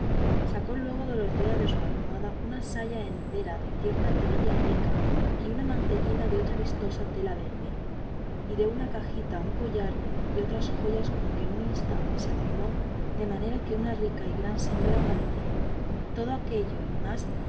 sacó luego dorotea de su almohada una saya entera de cierta telilla rica y una mantellina de otra vistosa tela verde y de una cajita un collar y otras joyas con que en un instante se adornó de manera que una rica y gran señora parecía todo aquello y más